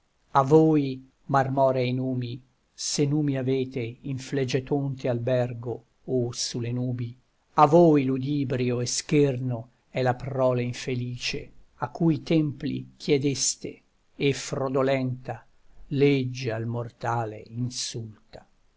a voi marmorei numi se numi avete in flegetonte albergo o su le nubi a voi ludibrio e scherno è la prole infelice a cui templi chiedeste e frodolenta legge al mortale insulta